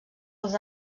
els